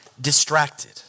distracted